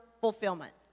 fulfillment